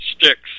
sticks